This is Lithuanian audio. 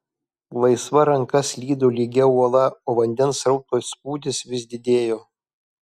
laisva ranka slydo lygia uola o vandens srauto spūdis vis didėjo